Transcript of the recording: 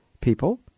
people